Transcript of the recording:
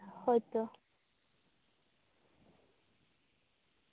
ᱦᱳᱭᱛᱚ